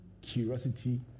curiosity